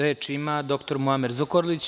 Reč ima dr Muamer Zukorlić.